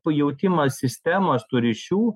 pajautimas sistemos tų ryšių